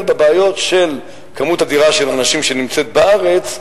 בבעיות של כמות אדירה של אנשים שנמצאת בארץ,